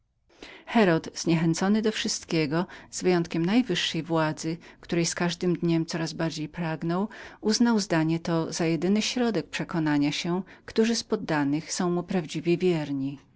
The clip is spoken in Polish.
zniechęcony do wszystkiego wyjąwszy do najwyższej władzy której z każdym dniem coraz więcej pragnął osądził zdanie to za jedyny środek przekonania się którzy z poddanych prawdziwie